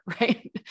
right